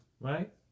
Right